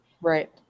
Right